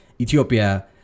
Ethiopia